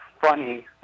funny